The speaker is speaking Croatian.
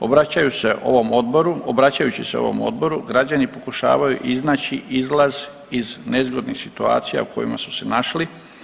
Obraćaju se ovom odboru, obraćajući se ovom odboru građani pokušavaju iznaći izlaz iz nezgodnih situacija u kojima su se našli.